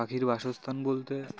পাখির বাসস্থান বলতে